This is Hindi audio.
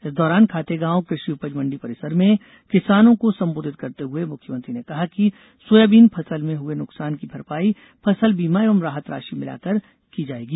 इस दौरान खातेगांव क्रषि उपज मण्डी परिसर में किसानों को सम्बोधित करते हुए मुख्यमंत्री ने कहा कि सोयाबीन फसल में हुए नुकसान की भरपाई फसल बीमा एवं राहत राशि मिलाकर की जाएगी